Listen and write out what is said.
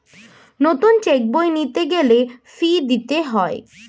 নতুন চেক বই নিতে গেলে ফি দিতে হয়